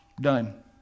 Done